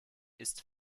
ist